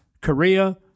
korea